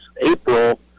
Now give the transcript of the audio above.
April